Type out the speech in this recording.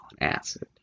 acid